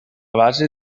base